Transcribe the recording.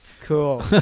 Cool